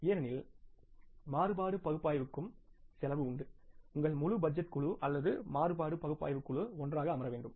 ஏனெனில் மாறுபாடு பகுப்பாய்வுக்கும் செலவு உண்டு உங்கள் முழு பட்ஜெட் குழு அல்லது மாறுபாடு பகுப்பாய்வுக் குழு ஒன்றாக அமர வேண்டும்